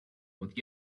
with